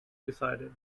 decided